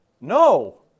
No